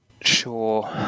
sure